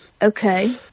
Okay